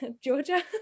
Georgia